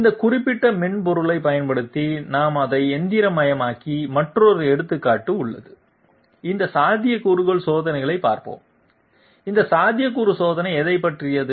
இந்த குறிப்பிட்ட மென்பொருளைப் பயன்படுத்தி நாம் அதை எந்திரமாக்கிய மற்றொரு எடுத்துக்காட்டு உள்ளது இந்த சாத்தியக்கூறு சோதனையைப் பார்ப்போம்இந்த சாத்தியக்கூறு சோதனை எதைப் பற்றியது